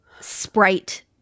Sprite